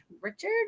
Richard